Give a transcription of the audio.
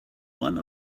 one